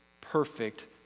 perfect